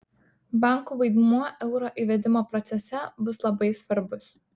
bankų vaidmuo euro įvedimo procese bus labai svarbus